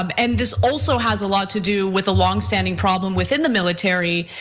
um and this also has a lot to do with a long standing problem within the military,